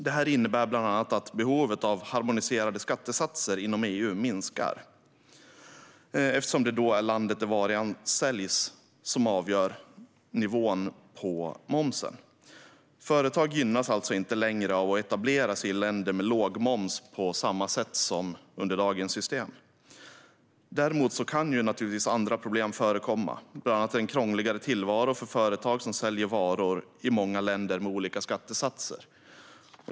Det innebär bland annat att behovet av harmoniserade skattesatser inom EU minskar eftersom det är landet där varan säljs som avgör nivån på momsen. Företag gynnas alltså inte längre av att etableras i länder med låg moms på samma sätt som under dagens system. Däremot kan naturligtvis andra problem förekomma, bland annat en krångligare tillvaro för företag som säljer varor i många länder med olika skattesatser.